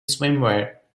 swimwear